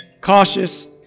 cautious